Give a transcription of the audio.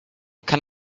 can